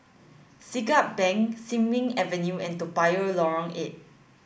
Siglap Bank Sin Ming Avenue and Toa Payoh Lorong eight